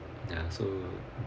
ya so